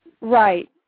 Right